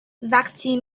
وقتی